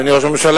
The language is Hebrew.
אדוני ראש הממשלה,